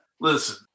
Listen